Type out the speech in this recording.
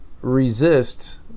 resist